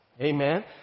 Amen